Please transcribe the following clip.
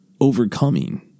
overcoming